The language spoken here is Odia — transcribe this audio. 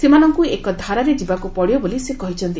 ସେମାନଙ୍କୁ ଏକ ଧାରାରେ ଯିବାକୁ ପଡ଼ିବ ବୋଲି ସେ କହିଛନ୍ତି